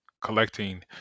collecting